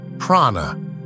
Prana